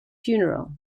funeral